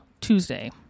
Tuesday